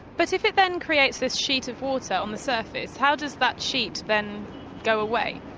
but if it then creates this sheet of water on the surface, how does that sheet then go away?